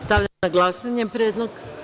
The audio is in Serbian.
Stavljam na glasanje predlog.